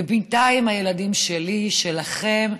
ובינתיים הילדים שלי, שלכם,